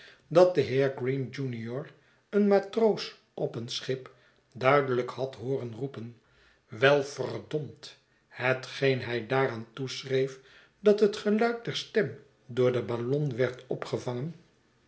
dat de heer green junior een matroos op een schip duidelijk had hooren roepen wel verdomd hetgeen hij daaraan toeschreef dat het geluid der stem door de ballon werd opgevangen